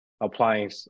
applying